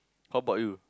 how about you